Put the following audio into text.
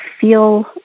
feel